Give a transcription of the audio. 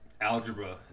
Algebra